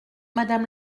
madame